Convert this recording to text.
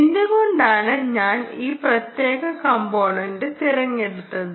എന്തുകൊണ്ടാണ് ഞാൻ ഈ പ്രത്യേക കമ്പോണെൻ്റ് തിരഞ്ഞെടുത്തത്